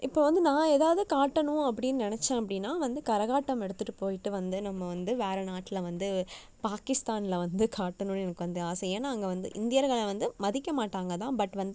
இப்போ வந்து நான் ஏதாவது காட்டணும் அப்படின்னு நினச்ச அப்படின்னா வந்து கரகாட்டம் எடுத்துட்டு போயிட்டு வந்து நம்ம வந்து வேற நாட்டில் வந்து பாகிஸ்தானில் வந்து காட்டணும்னு எனக்கு வந்து ஆசை ஏன்னால் அங்கே வந்து இந்தியர்கள வந்து மதிக்க மாட்டாங்கள் தான் பட் வந்து